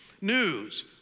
news